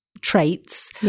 traits